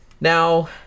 now